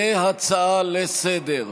כהצעה לסדר-היום.